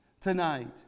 tonight